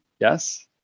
yes